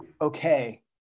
okay